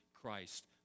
Christ